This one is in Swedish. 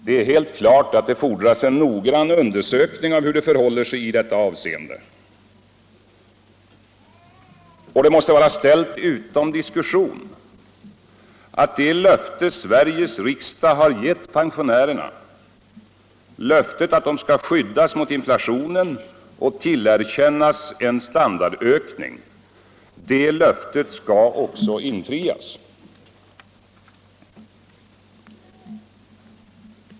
Det är helt klart att det fordras en noggrann undersökning av hur det förhåller sig i dessa avseenden. Och det måste vara ställt utom diskussion att det löfte Sveriges riksdag har gett pensionärerna — att de skall skyddas mot inflationen och tillerkännas standardökning — också skall infrias.